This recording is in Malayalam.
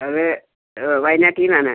അത് വയനാട്ടിൽ നിന്നാണ്